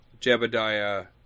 Jebediah